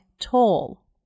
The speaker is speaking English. tall